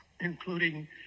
including